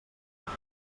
molt